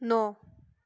ਨੌ